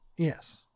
Yes